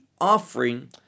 offering